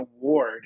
award